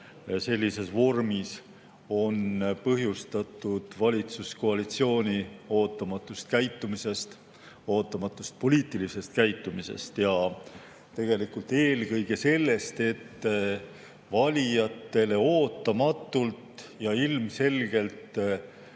sellises vormis on põhjustatud valitsuskoalitsiooni ootamatust käitumisest, ootamatust poliitilisest käitumisest, ja tegelikult eelkõige sellest, et valijatele ootamatult ja ilmselgelt